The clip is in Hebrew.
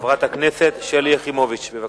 חברת הכנסת שלי יחימוביץ, בבקשה.